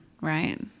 right